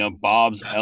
Bob's